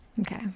Okay